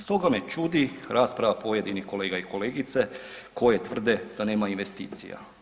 Stoga me čudi rasprava pojedinih kolega i kolegica koji tvrde da nema investicija.